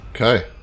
okay